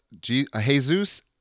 Jesus